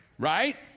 right